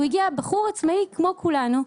הוא הגיע בחור עצמאי כמו כולנו.